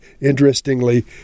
Interestingly